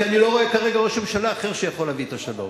כי אני לא רואה כרגע ראש ממשלה אחר שיכול להביא את השלום.